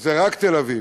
זה רק תל-אביב?